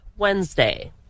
Wednesday